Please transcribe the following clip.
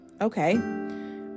Okay